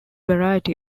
variety